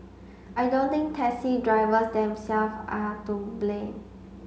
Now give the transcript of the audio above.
I don't think taxi drivers themselves are to blame